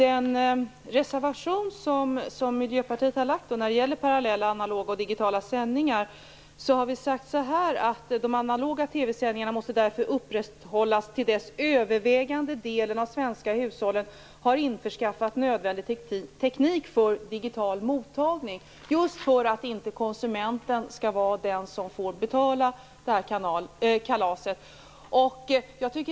Fru talman! I Miljöpartiets reservation om parallella analoga och digitala sändningar framgår det att "de analoga TV-sändningarna måste därför upprätthållas till dess övervägande delen av de svenska hushållen har införskaffat nödvändig teknik för digital mottagning". Det är just för att det inte är konsumenten som skall få betala för kalaset.